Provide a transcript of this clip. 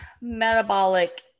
metabolic